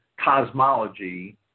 cosmology